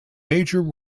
major